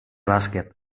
bàsquet